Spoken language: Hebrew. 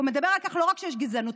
והוא מדבר על כך לא רק שיש גזענות.